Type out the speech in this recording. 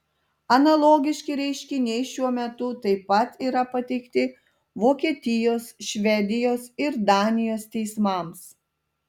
analogiški ieškiniai šiuo metu taip pat yra pateikti vokietijos švedijos ir danijos teismams